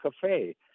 Cafe